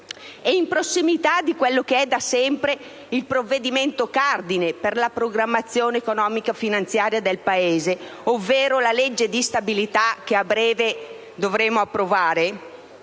e in prossimità di quello che da sempre è il provvedimento cardine per la programmazione economico-finanziaria del Paese, ovvero la legge di stabilità che a breve dovremo approvare,